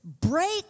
Break